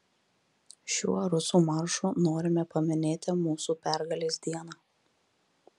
šiuo rusų maršu norime paminėti mūsų pergalės dieną